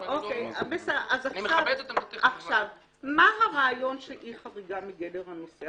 מה הרעיון של אי חריגה מגדר הנושא?